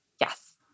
yes